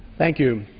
thank you.